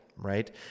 Right